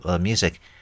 music